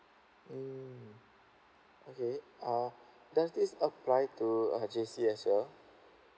mm okay uh does this apply to uh J_C as well